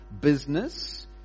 business